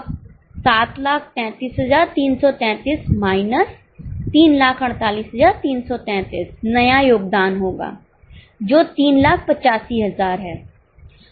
अब 733333 माइनस 348333 नया योगदान होगा जो 385000 है